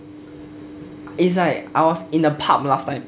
is like I was in the pub last time